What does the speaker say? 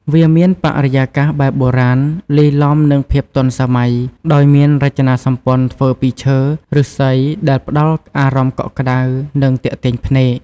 វាមានបរិយាកាសបែបបុរាណលាយឡំនឹងភាពទាន់សម័យ ដោយមានរចនាសម្ព័ន្ធធ្វើពីឈើ ឫស្សីដែលផ្ដល់អារម្មណ៍កក់ក្ដៅ និងទាក់ទាញភ្នែក។